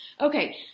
Okay